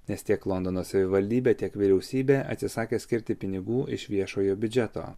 nes tiek londono savivaldybė tiek vyriausybė atsisakė skirti pinigų iš viešojo biudžeto